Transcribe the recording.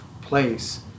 place